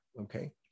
Okay